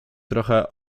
trochę